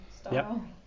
style